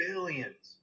Billions